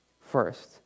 first